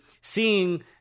seeing